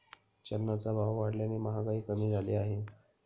चलनाचा भाव वाढल्याने महागाई कमी झाली आहे